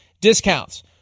discounts